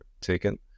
taken